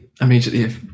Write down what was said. immediately